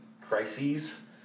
crises